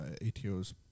ATO's